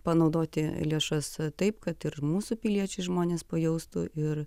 panaudoti lėšas taip kad ir mūsų piliečiai žmonės pajaustų ir